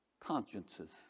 consciences